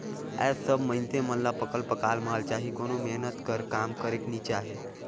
आएज सब मइनसे मन ल पकल पकाल माल चाही कोनो मेहनत कर काम करेक नी चाहे